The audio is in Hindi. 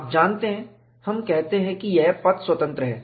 आप जानते हैं हम कहते हैं कि यह पथ स्वतंत्र है